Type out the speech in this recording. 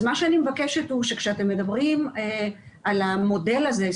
מה שאני מבקשת הוא שכשאתם מדברים על המודל הזה,